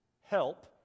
help